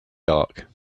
dark